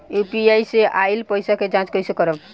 UPI से आइल पईसा के जाँच कइसे करब?